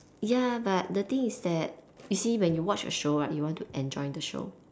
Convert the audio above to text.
ya but the thing is that you see when you watch a show right you want to enjoy the show